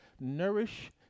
nourish